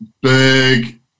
big